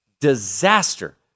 Disaster